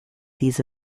these